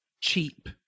cheap